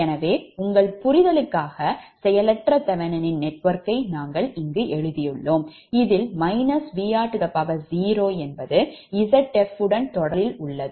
எனவே உங்கள் புரிதலுக்காக செயலற்ற தெவெனின் நெட்வொர்க்கை நாங்கள் எழுதியுள்ளோம் இதில் Vr0 Zfஉடன் தொடரில் உள்ளது